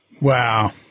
Wow